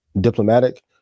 diplomatic